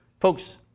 Folks